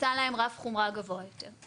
נתן להם רף חומרה גבוה יותר.